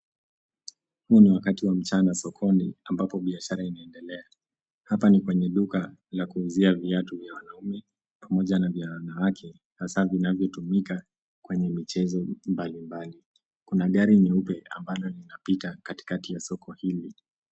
Huu ni wakati wa mchana sokoni ambapo biashara inaendelea. Hapa ni kwenye duka la kuuzia viatu vya wanaume pamoja na vya wanawake hasa vinavyotumika kwenye michezo mbalimbali. Kuna gari nyeupe ambalo linapita katikati ya soko hili.